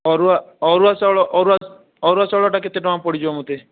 ଅରୁଆ ଅରୁଆ ଚାଉଳ ଅରୁଆ ଚାଉଳଟା କେତେ ଟଙ୍କା ପଡ଼ିଯିବ ମୋତେ